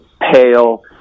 pale